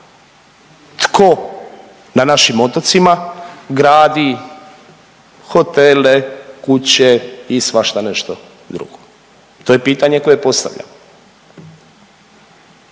tko na našim otocima gradi hotele, kuće i svašta nešto drugo. To je pitanje koje postavljam.